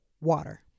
water